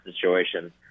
situation